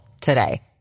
today